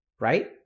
Right